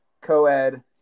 co-ed